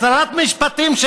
שרת משפטים,